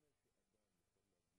הישיבה הבאה תתקיים מחר,